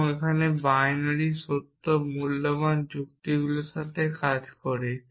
এবং এখানে বাইনারি সত্য মূল্যবান যুক্তিগুলির সাথে কাজ করি